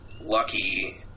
lucky